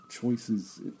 choices